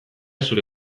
zure